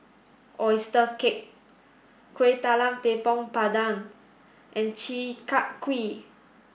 oyster cake Kueh Talam Tepong Pandan and Chi Kak Kuih